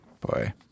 Boy